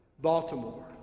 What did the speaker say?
Baltimore